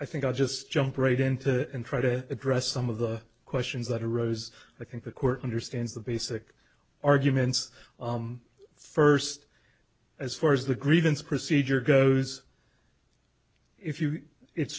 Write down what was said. i think i'll just jump right into it and try to address some of the questions that arose i think the court understands the basic arguments first as far as the grievance procedure goes if you it's